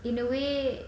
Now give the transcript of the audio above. in a way